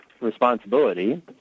responsibility